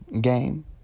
game